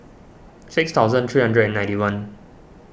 six thousand three hundred and ninety one